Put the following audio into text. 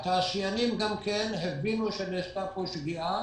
התעשיינים גם כן הבינו שנעשתה פה שגיאה